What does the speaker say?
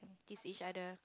this each other